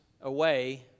away